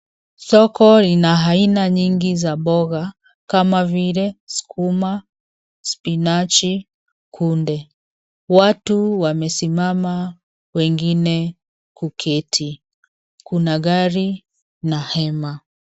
Soko ina aina nyingi za mboga, kama vile, sukuma, spinachi, kunde. Watu wamesimama wengine kuketi. Kuna gari na hema.